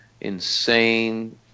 insane